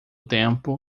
tempo